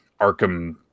Arkham